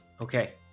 Okay